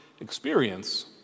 experience